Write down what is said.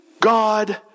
God